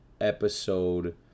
episode